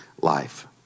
life